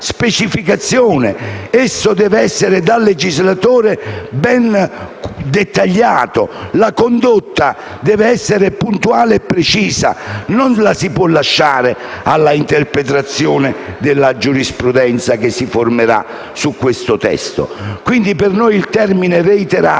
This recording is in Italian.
Esso deve essere ben dettagliato dal legislatore. La condotta deve essere puntuale e precisa: non la si può lasciare all'interpretazione della giurisprudenza che si formerà su questo testo. Per noi il termine «reiterate»